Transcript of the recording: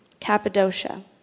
Cappadocia